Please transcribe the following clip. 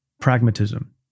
pragmatism